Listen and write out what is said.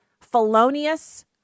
felonious